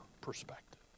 perspective